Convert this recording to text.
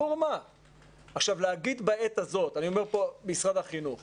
אני אומר למשרד החינוך,